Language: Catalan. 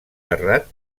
terrat